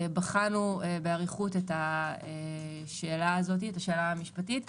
בחנו באריכות את השאלה המשפטית הזו,